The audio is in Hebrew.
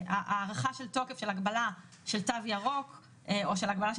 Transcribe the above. הארכה של תוקף של הגבלה של תו ירוק או של הגבלה של